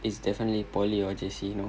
it's definitely poly or J_C you know